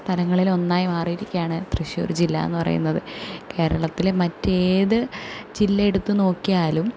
സ്ഥലങ്ങളിലൊന്നായി മാറിയിരിക്കുകയാണ് തൃശ്ശൂർ ജില്ലയെന്നു പറയുന്നത് കേരളത്തിലെ മറ്റ് ഏത് ജില്ല എടുത്തു നോക്കിയാലും